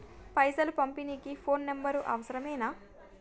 పైసలు పంపనీకి phone number అవసరమేనా?